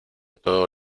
todo